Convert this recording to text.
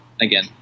again